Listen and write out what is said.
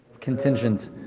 contingent